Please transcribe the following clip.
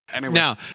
Now